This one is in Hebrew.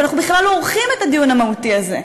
אבל אנחנו בכלל לא עורכים את הדיון המהותי הזה.